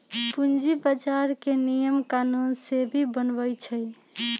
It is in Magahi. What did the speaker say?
पूंजी बजार के नियम कानून सेबी बनबई छई